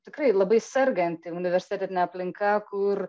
tikrai labai serganti universitetinė aplinka kur